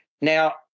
Now